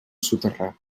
soterrar